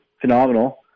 phenomenal